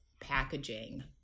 packaging